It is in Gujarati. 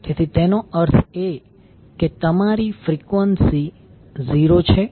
તેથી તેનો અર્થ એ કે તમારી ફ્રિકવન્સી 0 છે